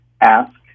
ask